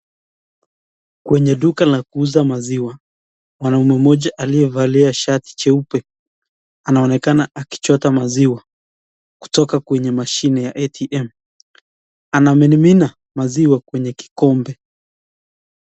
Kwenye duka la kuuza maziwa. Mwanaume mmoja aliyevalia shati jeupe anaonekana akichota maziwa kutoka kwenye mashine ya ATM. Anaminimina maziwa kwenye kikombe.